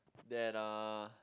that uh